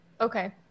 Okay